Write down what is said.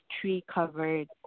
tree-covered